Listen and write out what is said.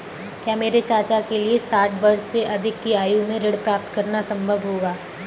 क्या मेरे चाचा के लिए साठ वर्ष से अधिक की आयु में ऋण प्राप्त करना संभव होगा?